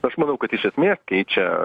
aš manau kad iš esmės keičia